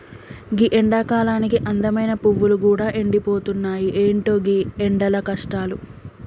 గీ ఎండకాలానికి అందమైన పువ్వులు గూడా ఎండిపోతున్నాయి, ఎంటో గీ ఎండల కష్టాలు